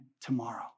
tomorrow